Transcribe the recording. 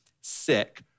sick